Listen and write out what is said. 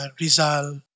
Rizal